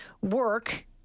work